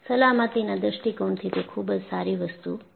સલામતીના દૃષ્ટિકોણથી તે ખુબ જ સારી વસ્તુ છે